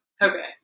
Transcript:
Okay